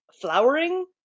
flowering